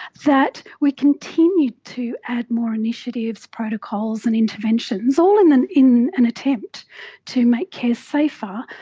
that we continue to add more initiatives, protocols and interventions, all in an in an attempt to make care safer.